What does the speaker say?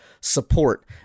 support